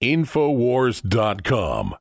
Infowars.com